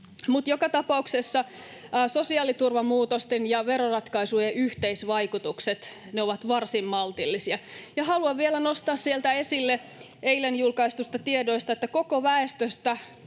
Joka tapauksessa sosiaaliturvan muutosten ja veroratkaisujen yhteisvaikutukset ovat varsin maltillisia. Ja haluan vielä nostaa esille eilen julkaistuista tiedoista, että koko väestöstä